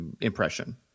impression